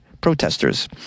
protesters